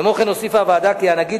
כמו כן הוסיפה הוועדה כי הנגיד,